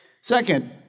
Second